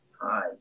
Hi